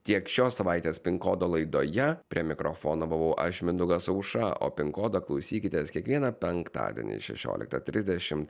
tiek šios savaitės pin kodo laidoje prie mikrofono buvau aš mindaugas aušra o pin kodo klausykitės kiekvieną penktadienį šešioliktą trisdešimt